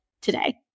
today